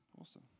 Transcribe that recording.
Awesome